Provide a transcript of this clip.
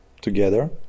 together